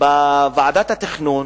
בוועדת התכנון,